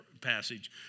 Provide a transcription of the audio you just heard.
passage